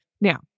Now